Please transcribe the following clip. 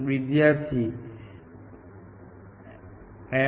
વિદ્યાર્થી mn